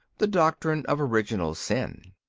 the doctrine of original sin.